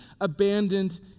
abandoned